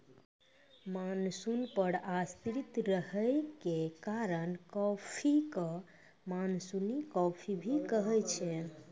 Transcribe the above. monsoon पर आश्रित रहै के कारण कॉफी कॅ मानसूनी कॉफी भी कहै छै